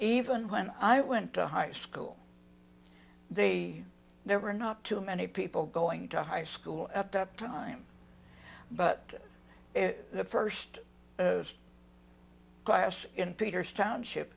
even when i went to high school they never not too many people going to high school at that time but the first class in peter's township